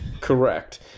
Correct